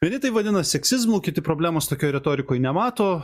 vieni tai vadina seksizmu kiti problemos tokioj retorikoj nemato